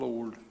Lord